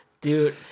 dude